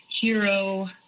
hero